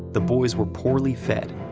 the boys were poorly fed,